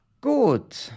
good